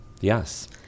Yes